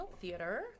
Theater